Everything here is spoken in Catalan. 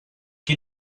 qui